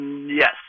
Yes